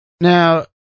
Now